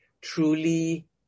truly